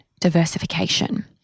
diversification